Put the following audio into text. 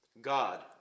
God